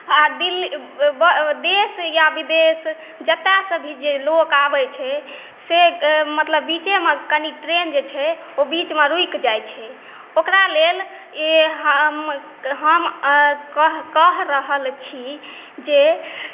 आओर दिल्ली देश या विदेश जतऽसँ भी जे लोक आबै छै से मतलब बीचेमे कनि ट्रेन जे छै ओ बीचमे रुकि जाइ छै ओकरा लेल हम हम कह कहि रहल छी जे